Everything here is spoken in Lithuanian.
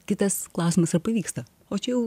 kitas klausimas ar pavyksta o čia jau